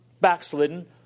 backslidden